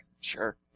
Sure